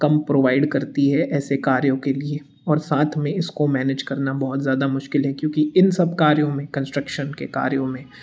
कम provide करती है ऐसे कार्यों के लिए और साथ में इसको मैनेज करना बहुत ज़्यादा मुश्किल है क्योंकि इन सब कार्यों में कन्स्ट्रक्शन के कार्यों में